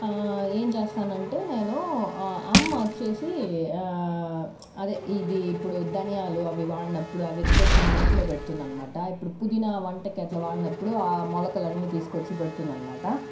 ఏం చేస్తానంటే నేను అమ్మ వచ్చేసి అదే ఇది ఇప్పుడు ధనియాలు అవి వాడినప్పుడు అవి ఎత్తుకు వచ్చి మట్టిలో పెడుతుంది అనమాట ఇప్పుడు పుదీనా వంటకి అట్లా వాడినప్పుడు ఆ మొలకలన్నీ తీసుకొచ్చి పెడుతుంది అనమాట